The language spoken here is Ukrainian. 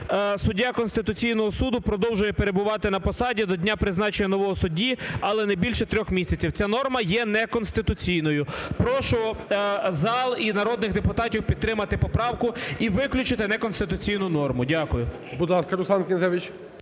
суддя Конституційного Суду продовжує перебувати на посаді до дня призначення нового судді, але не більше трьох місяців, ця норма є неконституційною. Прошу зал і народних депутатів підтримати поправку і виключити неконституційну норму. Дякую.